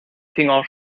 finger